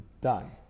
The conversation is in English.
done